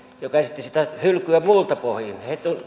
joka esitti sitä hylkyä muilta pohjin he